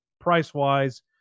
price-wise